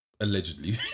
allegedly